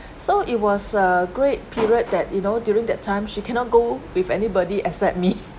so it was a great period that you know during that time she cannot go with anybody except me